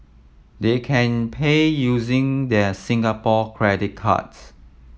they can pay using their Singapore credit cards